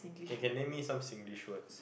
okay can lend me some Singlish words